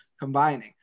combining